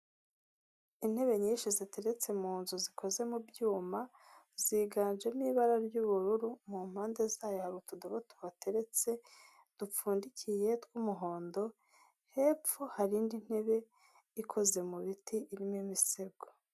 Intebe nyinshi ziteretse mu nzu zikoze mu byuma, ziganjemo ibara ry'ubururu mu mpande zayo utudobo tuhateretse dupfundikiye tw'umuhondo, hepfo hari indi ntebe ikoze mu biti irimo imisego.